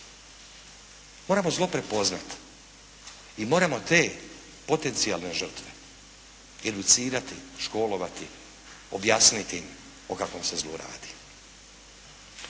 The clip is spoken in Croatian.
Moramo zlo prepoznati i moramo te potencijalne žrtve educirati, školovati, objasniti im o kakvom se zlu radi.